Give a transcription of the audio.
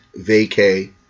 vacay